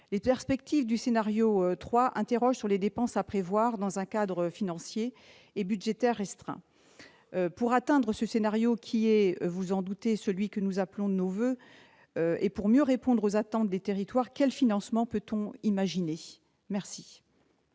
Les perspectives du scénario n° 3 interrogent sur les dépenses à prévoir dans un cadre financier et budgétaire restreint. Pour atteindre ce scénario, qui est- vous vous en doutez -celui que nous appelons de nos voeux, et pour mieux répondre aux attentes des territoires, quels financements peut-on imaginer ? La